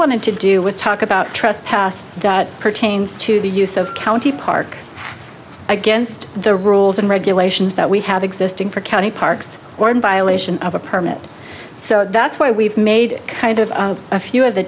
wanted to do was talk about trespass that pertains to the use of county park against the rules and regulations that we have existing for county parks or in violation of a permit so that's why we've made kind of a few of the